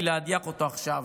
היא להדיח אותו עכשיו.